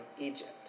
Egypt